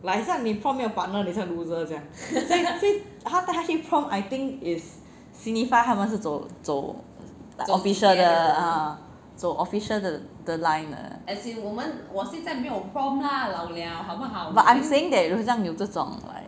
like 好像你 prom 没有 partner 你很 loser 这样他带她去 prom I think is signify 他们是走走走 official ah 走 official 的 line 了